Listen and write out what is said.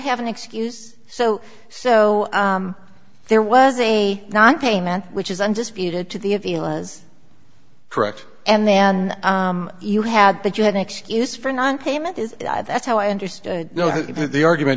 have an excuse so so there was a non payment which is undisputed to the of you was correct and then you had that you had an excuse for nonpayment is that's how i understood the argument